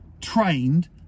trained